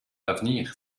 d’avenir